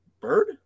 bird